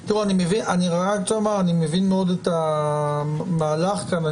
אני מבין מאוד את המהלך כאן,